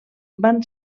van